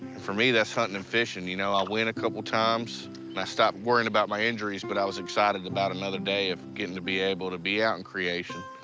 for me, that's hunting and fishing, you know. i went a couple times, and i stopped worrying about my injuries. but i was excited about another day of getting to be able to be out in creation.